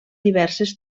diverses